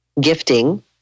gifting